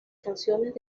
canciones